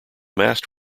mast